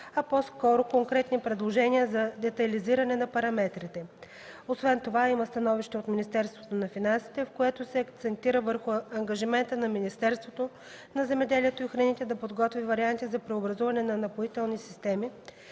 а по-скоро конкретни предложения за детайлизиране на параметрите. Освен това има становище от Министерството на финансите, в което се акцентира върху ангажимента на Министерството на земеделието и храните да подготви варианти за преобразуване на „Напоителни системи”